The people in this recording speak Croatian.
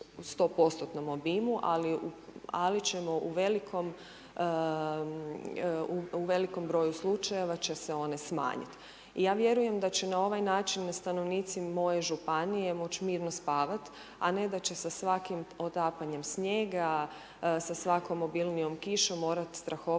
ali ćemo u velikom broju slučajeva će se oni smanjiti. I ja vjerujem da će na ovaj način stanovnici moje županije, može mirno spavati, a ne da će sa svakim potapanje snijega, sa svakom obilnijom kišom morati strahovati,